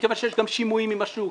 -- מכיוון שיש גם שימועים עם השוק,